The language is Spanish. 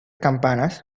campanas